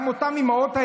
גם אותן האימהות,